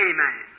Amen